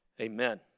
Amen